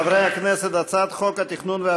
חברי הכנסת, בעד,